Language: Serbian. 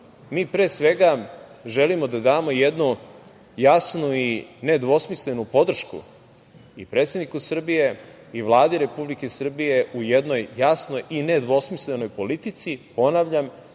mi pre svega želimo da damo jednu jasnu i nedvosmislenu podršku i predsedniku Srbije i Vladi Republike Srbije u jednoj jasnoj i nedvosmislenoj politici, ponavljam,